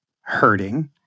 hurting